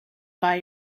buy